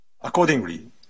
Accordingly